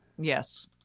Yes